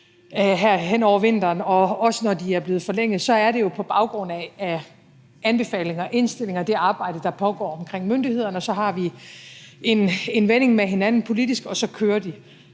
hen over vinteren, og også når de er blevet forlænget, er det jo på baggrund af anbefalinger og indstillinger fra det arbejde, der pågår omkring myndighederne, og så har vi en vending med hinanden politisk, og så kører de.